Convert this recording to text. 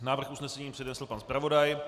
Návrh usnesení přednesl pan zpravodaj.